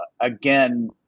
again